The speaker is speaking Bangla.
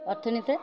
অর্থ নিতে